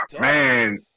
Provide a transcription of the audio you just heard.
Man